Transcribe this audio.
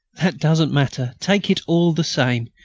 that doesn't matter. take it all the same.